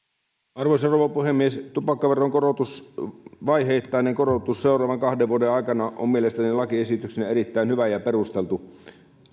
arvoisa rouva puhemies tupakkaveron vaiheittainen korotus seuraavan kahden vuoden aikana on mielestäni lakiesityksenä erittäin hyvä ja perusteltu